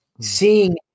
seeing